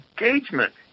engagement